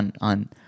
on –